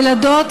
ילדות,